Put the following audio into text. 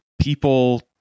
people